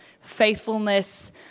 faithfulness